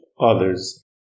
others